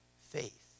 faith